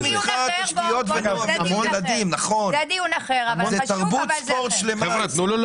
אגב, המון דברים מאוד